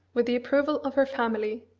with the approval of her family,